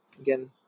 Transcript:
again